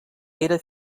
era